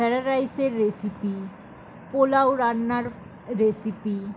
fried রাইসের recipe pulao রান্নার recipe